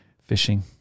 Fishing